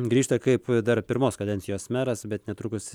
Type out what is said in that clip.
grįžta kaip dar pirmos kadencijos meras bet netrukus